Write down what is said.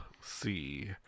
see